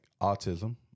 autism